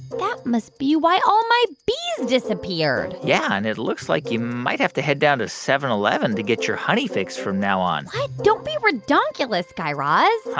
that must be why all my bees disappeared yeah. and it looks like you might have to head down to seven eleven to get your honey fix from now on what? don't be ridonkulous, guy raz.